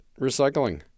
recycling